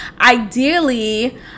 ideally